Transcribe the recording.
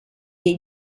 dei